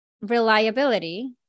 reliability